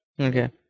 Okay